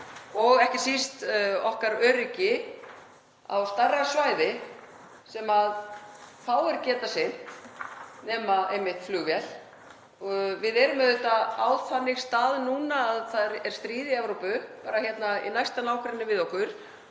og ekki síst okkar öryggi á stærra svæði sem fáir geta sinnt nema einmitt flugvél. Við erum auðvitað á þannig stað núna að það er stríð í Evrópu, bara í næsta nágrenni við okkur,